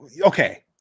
okay